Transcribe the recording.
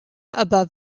above